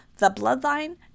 thebloodline